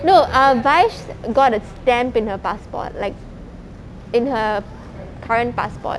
no uh vaish got a stamp in her passport like in her current passport